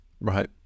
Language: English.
Right